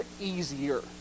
easier